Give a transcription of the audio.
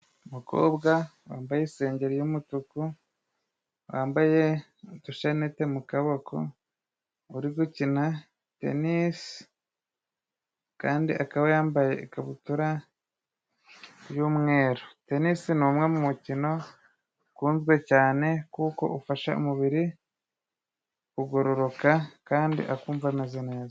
Umukobwa wambaye isengeri y'umutuku wambaye utushenete mu kaboko, uri gukina tenisi kandi akaba yambaye ikabutura y'umweru. Tenisi ni umwe mu mukino ukunzwe cyane kuko ufasha umubiri kugororoka kandi akumva ameze neza.